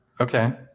okay